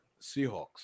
Seahawks